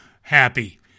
happy